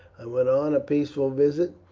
i went on a peaceful visit,